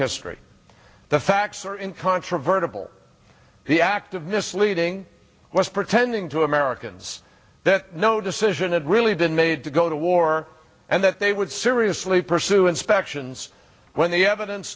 history the facts are incontrovertibly the act of misleading was pretending to americans that no decision it really did made to go to war and that they would seriously pursue inspections when the evidence